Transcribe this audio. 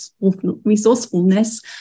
resourcefulness